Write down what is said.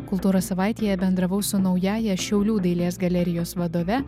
kultūros savaitėje bendravau su naująja šiaulių dailės galerijos vadove